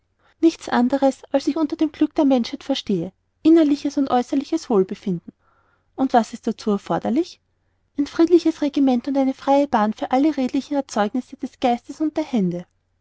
nichts anderes als was ich unter dem glück der menschheit verstehe innerliches und äußerliches wohlbefinden und was ist dazu erforderlich ein friedliches regiment und eine freie bahn für alle redlichen erzeugnisse des geistes und der hände